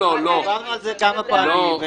--- דיברנו על זה כמה פעמים.